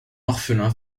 orphelin